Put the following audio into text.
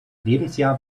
lebensjahr